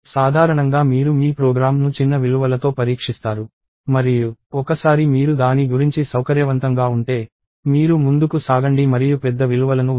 సాధారణంగా మీరు మీ ప్రోగ్రామ్ను చిన్న విలువలతో పరీక్షిస్తారు మరియు ఒకసారి మీరు దాని గురించి సౌకర్యవంతంగా ఉంటే మీరు ముందుకు సాగండి మరియు పెద్ద విలువలను ఉంచండి